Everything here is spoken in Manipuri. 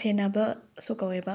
ꯁꯦꯅꯕꯁꯨ ꯀꯧꯋꯦꯕ